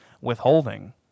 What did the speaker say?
withholding